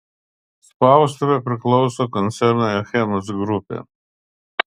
spaustuvė priklauso koncernui achemos grupė